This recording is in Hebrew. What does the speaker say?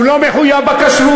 הוא לא היה מחויב בכשרות,